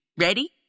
Ready